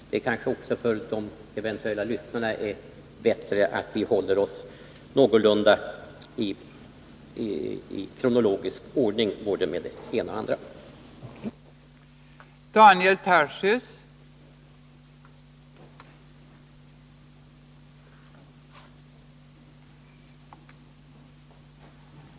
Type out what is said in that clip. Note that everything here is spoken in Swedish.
Det kanske också för de eventuella lyssnarna är bättre att vi går fram i någorlunda kronologisk ordning när vi tar upp både det ena och det andra.